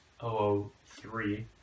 003